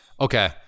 Okay